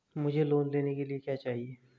मुझे लोन लेने के लिए क्या चाहिए?